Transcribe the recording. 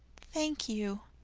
thank you,